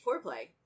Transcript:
foreplay